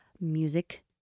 music